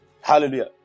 Hallelujah